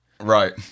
Right